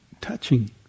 touching